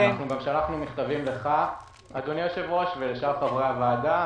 גם שלחנו מכתבים לך ולשאר חברי הוועדה.